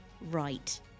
right